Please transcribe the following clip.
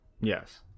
Yes